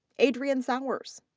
adrienne sowers